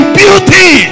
beauty